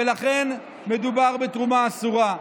ולכן מדובר בתרומה אסורה.